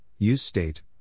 useState